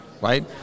right